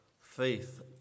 faith